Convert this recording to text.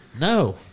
No